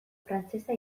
frantsesa